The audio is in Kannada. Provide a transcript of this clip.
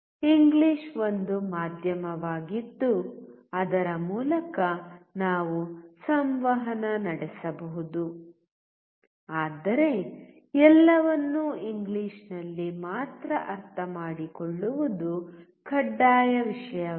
ಇಂಗ್ಲಿಷ್ ಒಂದು ಮಾಧ್ಯಮವಾಗಿದ್ದು ಅದರ ಮೂಲಕ ನಾವು ಸಂವಹನ ನಡೆಸಬಹುದು ಆದರೆ ಎಲ್ಲವನ್ನೂ ಇಂಗ್ಲಿಷ್ನಲ್ಲಿ ಮಾತ್ರ ಅರ್ಥಮಾಡಿಕೊಳ್ಳುವುದು ಕಡ್ಡಾಯ ವಿಷಯವಲ್ಲ